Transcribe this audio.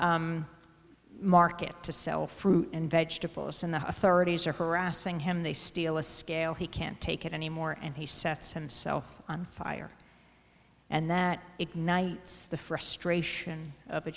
market to sell fruit and vegetables in the authorities are harassing him they steal a scale he can't take it anymore and he sets himself on fire and that ignites the frustration of a